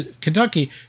Kentucky